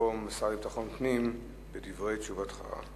במקום השר לביטחון הפנים, דברי תשובתך.